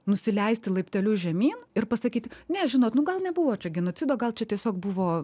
nusileisti laipteliu žemyn ir pasakyti ne žinot nu gal nebuvo čia genocido gal čia tiesiog buvo